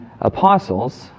apostles